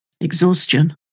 exhaustion